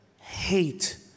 hate